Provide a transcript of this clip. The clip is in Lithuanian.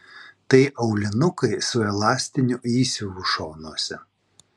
tai aulinukai su elastiniu įsiuvu šonuose